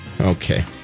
Okay